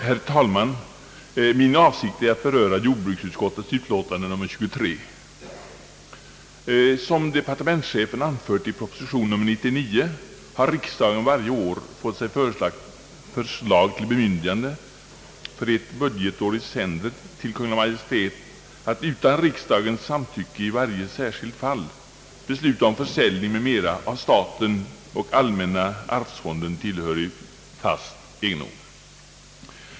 Herr talman! Min avsikt är att beröra jordbruksutskottets utlåtande nr 23: Såsom departementschefen anfört i proposition nr 99 har riksdagen varje år fått sig förelagd förslag till bemyndigande för ett budgetår i sänder för Kungl. Maj:t att utan riksdagens samtycke i varje särskilt fall besluta om försäljning m.m. av staten och allmänna arvsfonden tillhörig fast egendom.